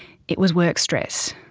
it was work stress.